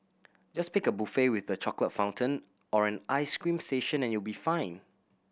just pick a buffet with the chocolate fountain or an ice cream station and you'll be fine